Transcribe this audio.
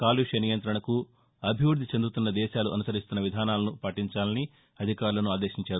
కాలుష్య నియంత్రణకు అభివ్బద్ది చెందుతున్న దేశాలు అనుసరిస్తున్న విధానాలను పాటించాలని అధికారులను ఆదేశించారు